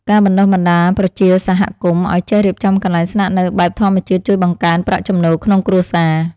ការបណ្តុះបណ្តាលប្រជាសហគមន៍ឱ្យចេះរៀបចំកន្លែងស្នាក់នៅបែបធម្មជាតិជួយបង្កើនប្រាក់ចំណូលក្នុងគ្រួសារ។